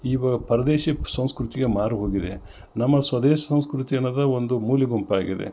ಈ ಪರದೇಶಿ ಸಂಸ್ಕೃತಿಯ ಮಾರು ಹೋಗಿದೆ ನಮ್ಮ ಸ್ವದೇಶಿ ಸಂಸ್ಕೃತಿಯೆನ್ನದ ಒಂದು ಮೂಲಿ ಗುಂಪಾಗಿದೆ